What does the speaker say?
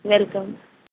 welcome